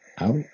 out